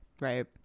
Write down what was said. Right